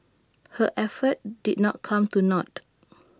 her efforts did not come to naught